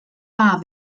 wahr